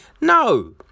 No